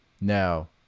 Now